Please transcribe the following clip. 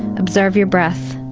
observe your breath,